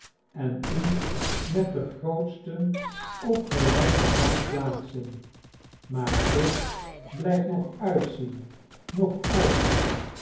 en u met de grootsten op gelijken rang plaatsen maar ik blijf nog uitzien nog uitzien